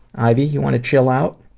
ivy, you want to chill out?